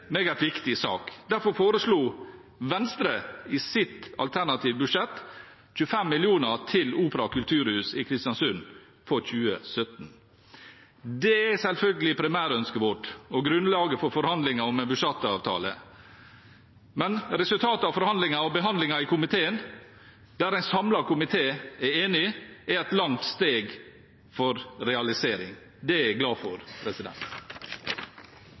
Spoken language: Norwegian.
meget viktig sak. Derfor foreslo Venstre i sitt alternative budsjett for 2017 25 mill. kr til et opera- og kulturhus i Kristiansund. Det er selvfølgelig primærønsket vårt og grunnlaget for forhandlingene om en budsjettavtale. Men resultatet av forhandlingene og behandlingen i komiteen, der en samlet komité er enig, er et langt steg for realisering. Det er jeg glad for.